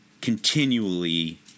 continually